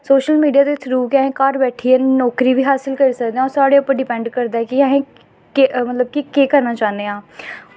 social media दे through अस घर बैठियै गै नौकरी बी हासल करी सकदे आं साढ़े पर डिपैंड करदा कि अस केह् करना चांह्ने आं